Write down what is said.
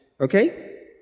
okay